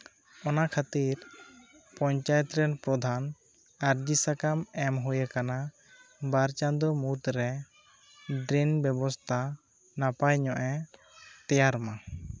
ᱚᱱᱟ ᱠᱷᱟᱹᱛᱤᱨ ᱯᱚᱧᱪᱟᱭᱮᱛ ᱨᱮᱱ ᱯᱨᱚᱫᱷᱟᱱ ᱟᱹᱨᱡᱤ ᱥᱟᱠᱟᱢ ᱮᱢ ᱦᱩᱭ ᱟᱠᱟᱱᱟ ᱵᱟᱨ ᱪᱟᱸᱫᱳ ᱢᱩᱫᱨᱮ ᱰᱨᱮᱱ ᱵᱮᱵᱚᱥᱛᱷᱟ ᱱᱟᱯᱟᱭᱧᱚᱜ ᱮ ᱛᱮᱭᱟᱨ ᱢᱟ